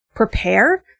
Prepare